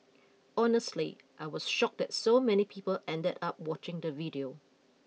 honestly I was shocked that so many people ended up watching the video